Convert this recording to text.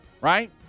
right